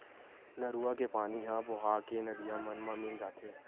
नरूवा के पानी ह बोहा के नदिया मन म मिल जाथे